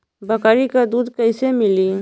बकरी क दूध कईसे मिली?